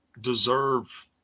deserve